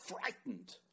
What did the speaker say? frightened